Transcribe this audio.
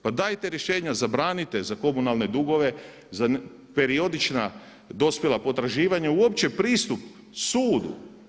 Pa dajte rješenja zabranite za komunalne dugove, za periodična dospjela potraživanja uopće pristup sudu.